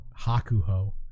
Hakuho